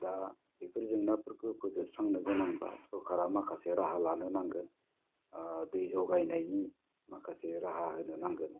दा बेफोर जेंनाफोरखौ फोजोबस्रांनो गोनांब्ला सरखारा माखासे राहा लानो नांगोन दै जगायनायनि माखासे राहा होनो नांगोन